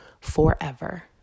forever